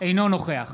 אינו נוכח